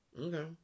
Okay